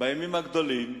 בימים הגדולים.